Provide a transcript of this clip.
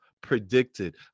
predicted